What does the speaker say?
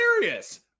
hilarious